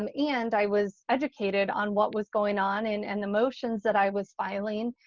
um and i was educated on what was going on, and and the motions that i was filing.